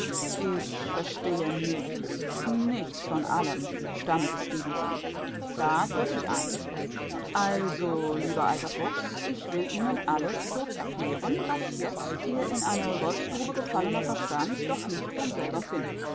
ich verstehe nichts nichts von allem stammelte stefenson da griff ich ein also lieber alter fuchs ich will ihnen alles kurz erklären was jetzt ihr in eine wolfsgrube gefallener verstand doch nicht von selber findet